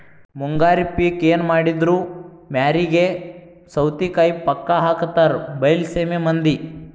ಮುಂಗಾರಿ ಪಿಕ್ ಎನಮಾಡಿದ್ರು ಮ್ಯಾರಿಗೆ ಸೌತಿಕಾಯಿ ಪಕ್ಕಾ ಹಾಕತಾರ ಬೈಲಸೇಮಿ ಮಂದಿ